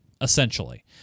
essentially